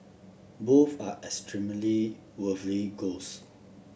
both are extremely worthy goals